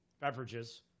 beverages